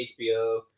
HBO